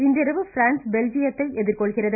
இன்றிரவு பிரான்ஸ் பெல்ஜியத்தை எதிர்கொள்கிறது